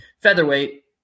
Featherweight